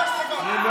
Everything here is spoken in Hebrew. חבר הכנסת, שב כבר.